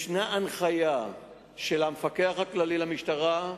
יש הנחיה של המפקח הכללי של המשטרה.